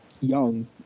young